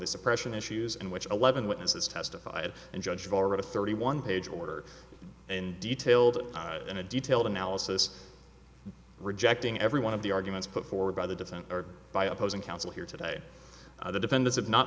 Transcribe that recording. suppression issues in which eleven witnesses testified and judged already thirty one page order and detailed in a detailed analysis rejecting every one of the arguments put forward by the dozen or by opposing counsel here today the defenders